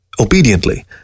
Obediently